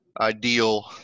ideal